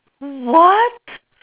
what